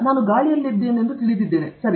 ನಾನು ಗಾಳಿಯಲ್ಲಿದ್ದೇನೆಂದು ತಿಳಿದಿದ್ದೇನೆ ಸರಿ